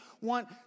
want